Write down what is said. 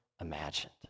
imagined